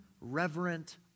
reverent